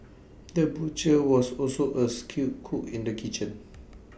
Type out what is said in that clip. the butcher was also A skilled cook in the kitchen